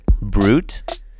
Brute